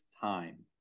time